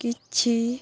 କିଛି